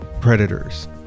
predators